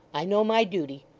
i know my duty.